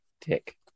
tick